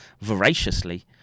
voraciously